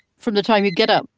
from the time you get up,